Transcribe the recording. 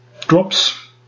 drops